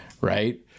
right